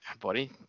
Buddy